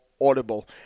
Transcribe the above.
Audible